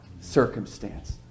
circumstance